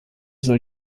soll